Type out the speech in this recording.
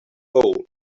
hole